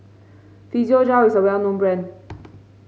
physiogel is a well known brand